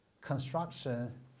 Construction